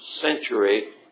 century